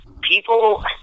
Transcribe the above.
people